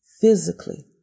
physically